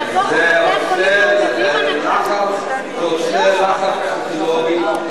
נהפוך הוא, בתי-החולים מעודדים הנקה.